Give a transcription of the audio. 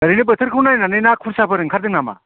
ओरैनो बोथोरखौ नायनानै ना खुर्साफोर ओंखारदों नामा